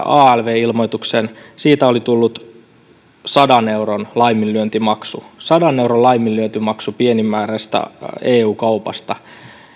alv ilmoituksen jättämisessä siitä oli tullut sadan euron laiminlyöntimaksu sadan euron laiminlyöntimaksu pienimääräisestä eu kaupasta